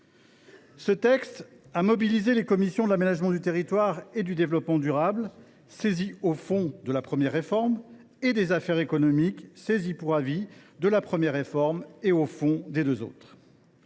Ce texte a mobilisé la commission de l’aménagement du territoire et du développement durable, saisie au fond de la première réforme, et la commission des affaires économiques, saisie pour avis de la première réforme et au fond des deux autres.